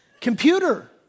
Computer